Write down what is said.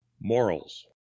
morals